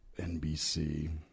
NBC